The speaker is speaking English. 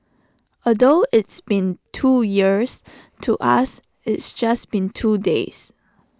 although it's been two years to us it's just been two days